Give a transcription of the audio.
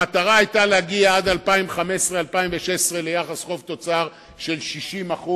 המטרה היתה להגיע עד 2015 2016 ליחס חוב-תוצר של 60%,